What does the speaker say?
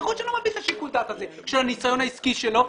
יכול להיות שאני לא מפעיל את שיקול הדעת הזה של הניסיון העסקי שלו,